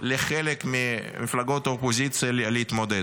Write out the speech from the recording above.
לחלק ממפלגות האופוזיציה להתמודד,